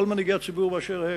לכל מנהיגי הציבור באשר הם: